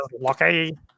lucky